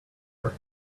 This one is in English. are